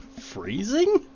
Freezing